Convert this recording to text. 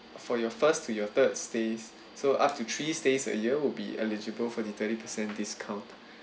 for your first to your third stay so up to three stays a year will be eligible for the thirty percent discount